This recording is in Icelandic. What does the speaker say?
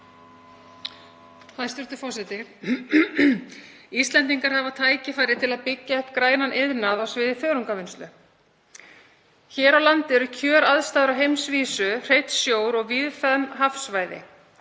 Hæstv. forseti. Íslendingar hafa tækifæri til að byggja upp grænan iðnað á sviði þörungavinnslu. Hér á landi eru kjöraðstæður á heimsvísu, hreinn sjór og víðfeðm hafsvæði.